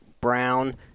brown